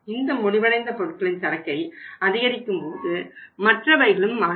இந்த முடிவடைந்த பொருட்களின் சரக்கை அதிகரிக்கும்போது மற்றவைகளும் மாறிவிடும்